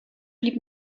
blieb